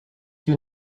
you